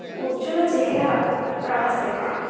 ଉଜ୍ଜଳ ଚେହେରାର ରହସ୍ୟ କ'ଣ